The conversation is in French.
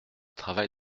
travail